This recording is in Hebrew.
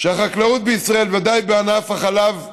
שהחקלאות בישראל, בוודאי בענף החלב והלול,